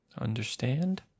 Understand